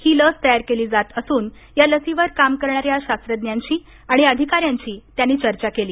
ही लस तयार केली जात असून या लसीवर काम करणाऱ्या शास्त्रज्ञांशी आणि अधिकाऱ्यांशी त्यांनी चर्चा केली